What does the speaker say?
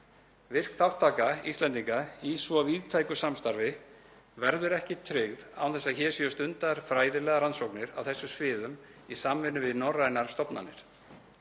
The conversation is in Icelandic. Virk þátttaka Íslendinga í svo víðtæku samstarfi verður ekki tryggð án þess að hér séu stundaðar fræðilegar rannsóknir á þessum sviðum í samvinnu við norrænar stofnanir.